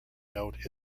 note